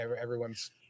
everyone's